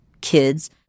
kids